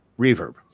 reverb